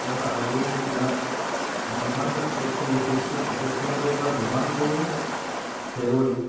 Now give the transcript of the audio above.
কিয়নো আজিৰ দিনত আমি যিমানবোৰ ক্ৰিকেট খেল দেখি আহিছোঁ সেই ক্ৰিকেট খেলবোৰৰ পৰা যিমানবোৰ খেলুৱৈ